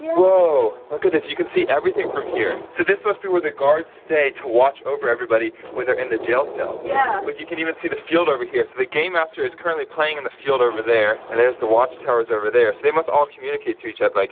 whoa, look at this, you can see everything from here. so this must be where the guards stay to watch over everybody when they're in the jail cells. yeah. look, you can even see the field over here. so the game master is currently playing in the field over there, and there's the watch tower's over there. so they must all communicate to each other, like,